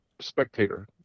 spectator